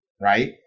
right